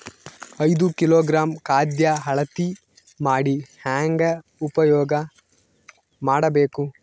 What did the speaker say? ಐದು ಕಿಲೋಗ್ರಾಂ ಖಾದ್ಯ ಅಳತಿ ಮಾಡಿ ಹೇಂಗ ಉಪಯೋಗ ಮಾಡಬೇಕು?